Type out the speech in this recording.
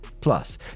plus